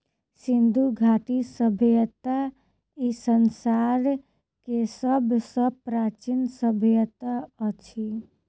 सिंधु घाटी सभय्ता ई संसार के सब सॅ प्राचीन सभय्ता अछि